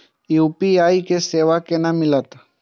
UPI के सेवा केना मिलत?